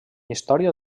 història